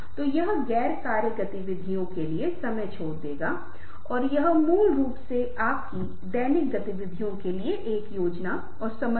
इसलिए कुछ लिंकेज को तार्किक रूप से बनाया जा सकता है ताकि हम इस पूरी चीज़ की योजना बना सकें